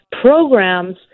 programs